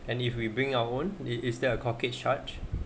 and if we bring our own it is there a corkage charge